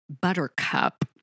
buttercup